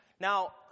Now